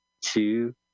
two